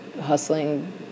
hustling